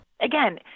again